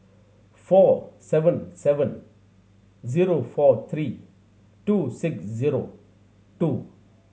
four seven seven zero four three two six zero two